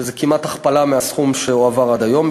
שזה כמעט הכפלה של הסכום שהועבר עד היום,